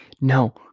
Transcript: No